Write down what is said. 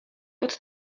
pod